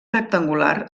rectangular